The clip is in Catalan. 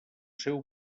seu